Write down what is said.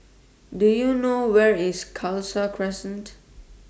Do YOU know Where IS Khalsa Crescent